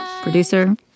producer